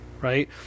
right